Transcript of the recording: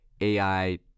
AI